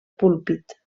púlpit